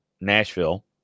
Nashville